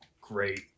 great